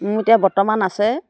মোৰ এতিয়া বৰ্তমান আছে